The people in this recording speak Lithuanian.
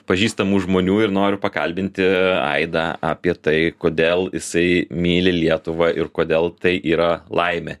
pažįstamų žmonių ir noriu pakalbinti aidą apie tai kodėl jisai myli lietuvą ir kodėl tai yra laimė